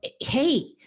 hey